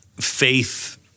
faith